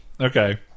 Okay